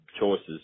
choices